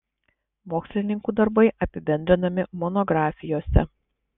mokslininkų darbai apibendrinami monografijose